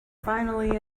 finally